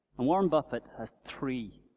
and warren buffett has three